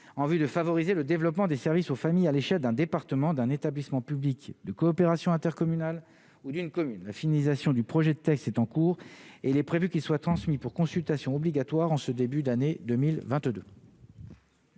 en vue de favoriser le développement des services aux familles à l'échelle d'un département d'un établissement public de coopération intercommunale ou d'une commune la finalisation du projet de texte est en cours et il est prévu qu'il soit transmis pour consultation obligatoire en ce début d'année 2022.